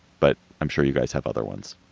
but i'm sure you guys have other ones.